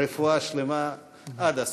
רפואה שלמה עד הסוף.